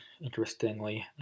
interestingly